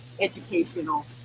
educational